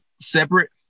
separate